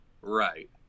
Right